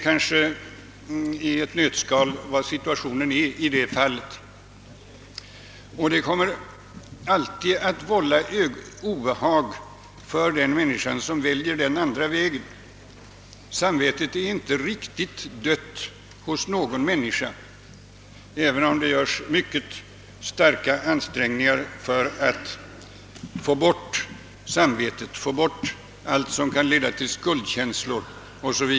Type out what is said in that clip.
Kanske är det situationen i ett nötskal. Det kommer alltid att vålla obehag för den som väljer den andra vägen. Samvetet är inte riktigt dött hos någon människa, även om det görs mycket starka ansträngningar för att få bort det och allt som kan leda till skuldkänslor.